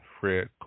Fred